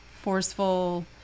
forceful